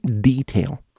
detail